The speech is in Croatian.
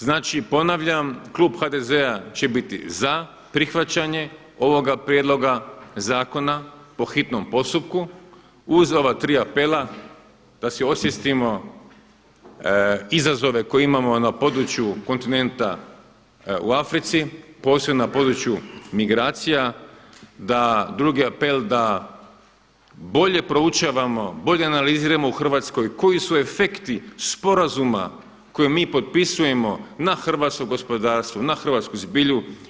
Znači, ponavljam, Klub HDZ-a će biti za prihvaćanje ovoga prijedloga zakona po hitnom postupku, uz ova tri apela da si osvijestimo izazove koje imamo na području kontinenta u Africi, posebno na području migracija, da drugi apel da bolje proučavamo, bolje analiziramo u Hrvatskoj koji su efekti sporazuma koje mi potpisujemo na hrvatsko gospodarstvo, na hrvatsku zbilju.